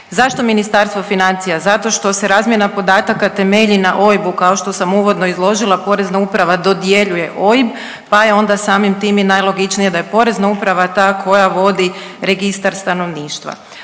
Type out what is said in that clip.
Zašto Ministarstvo financija? Zato što se razmjena podataka temelji na OIB-u kao što sam uvodno izložila, Porezna uprava dodjeljuje OIB pa je onda samim tim i najlogičnije da je Porezna uprava ta koja vodi registar stanovništva.